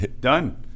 done